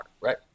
right